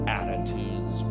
attitudes